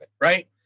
right